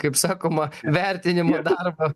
kaip sakoma vertinimą darbą